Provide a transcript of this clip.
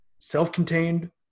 self-contained